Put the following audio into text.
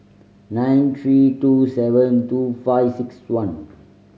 nine three two seven two five six one